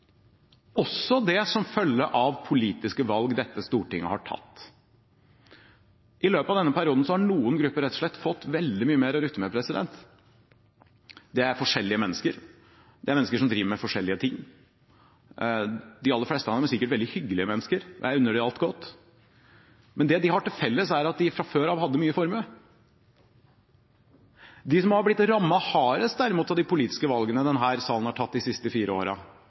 også det som følge av politiske valg dette Stortinget har tatt. I løpet av denne perioden har noen grupper rett og slett fått veldig mye mer å rutte med. Det er forskjellige mennesker. Det er mennesker som driver med forskjellige ting. De aller fleste av dem er sikkert veldig hyggelige mennesker, og jeg unner dem alt godt. Men det de har til felles, er at de fra før av hadde stor formue. Det de som derimot har blitt rammet hardest av de politiske valgene denne salen har tatt de siste fire